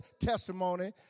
testimony